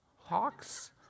hawks